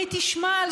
מי תשמע,